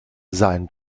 seien